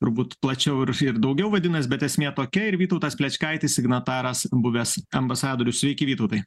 turbūt plačiau ir ir daugiau vadinas bet esmė tokia ir vytautas plečkaitis signataras buvęs ambasadorius sveiki vytautai